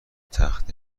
تخت